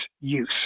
use